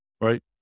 right